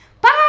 Bye